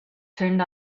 turned